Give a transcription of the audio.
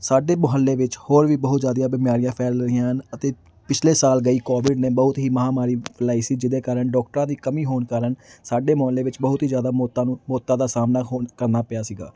ਸਾਡੇ ਮੁਹੱਲੇ ਵਿੱਚ ਹੋਰ ਵੀ ਬਹੁਤ ਜ਼ਿਆਦੀਆਂ ਬਿਮਾਰੀਆਂ ਫੈਲ ਰਹੀਆਂ ਹਨ ਅਤੇ ਪਿਛਲੇ ਸਾਲ ਗਈ ਕੋਵਿਡ ਨੇ ਬਹੁਤ ਹੀ ਮਹਾਂਮਾਰੀ ਫੈਲਾਈ ਸੀ ਜਿਹਦੇ ਕਾਰਨ ਡੋਕਟਰਾਂ ਦੀ ਕਮੀ ਹੋਣ ਕਾਰਨ ਸਾਡੇ ਮੁਹੱਲੇ ਵਿੱਚ ਬਹੁਤ ਹੀ ਜ਼ਿਆਦਾ ਮੌਤਾਂ ਨੂੰ ਮੌਤਾਂ ਦਾ ਸਾਹਮਣਾ ਹੋਣ ਕਰਨਾ ਪਿਆ ਸੀਗਾ